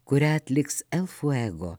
kurią atliks el fuego